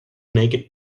naked